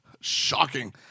Shocking